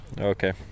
Okay